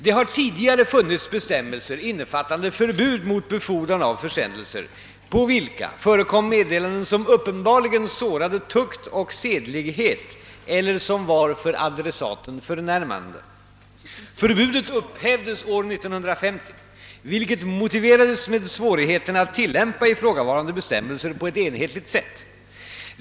Det har tidigare funnits bestämmelser innefattande förbud mot befordran av försändelser, på vilka förekom medde landen som uppenbarligen sårade tukt och sedlighet eller som var för adressaten förnärmande. Förbudet upphävdes år 1950, vilket motiverades med svårigheterna att tillämpa ifrågavarande bestämmelser på ett enhetligt sätt.